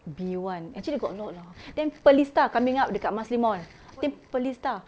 B one actually got a lot lah then pearlista coming up dekat marsiling mall I think pearlista